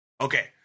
Okay